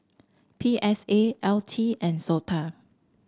P S A L T and SOTA